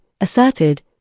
asserted